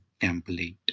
template